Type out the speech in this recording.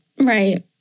Right